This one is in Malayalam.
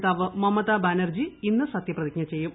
നേതാവ് മമതാ ബാനർജി ഇന്ന് സത്യപ്രതിജ്ഞ ചെയ്യും